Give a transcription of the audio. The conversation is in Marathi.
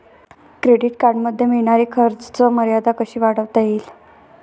क्रेडिट कार्डमध्ये मिळणारी खर्च मर्यादा कशी वाढवता येईल?